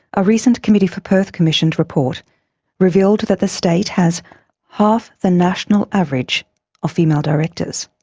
a recent committee for perth-commissioned report revealed that the state has half the national average of female directors,